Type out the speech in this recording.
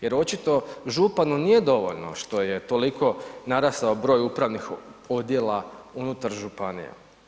Jer očito županu nije dovoljno što je toliko narastao broj upravnih odjela unutar županije.